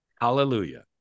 hallelujah